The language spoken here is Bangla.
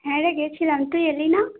হ্যাঁ রে গেছিলাম তুই এলি না